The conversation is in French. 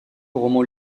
roman